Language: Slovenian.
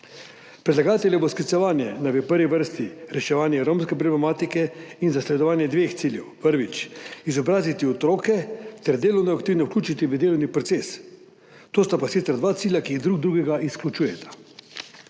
Predlagateljevo sklicevanje na v prvi vrsti reševanje romske problematike in zasledovanje dveh ciljev – prvič, izobraziti otroke, ter drugič, delovno aktivne vključiti v delovni proces, to sta sicer dva cilja, ki drug drugega izključujeta.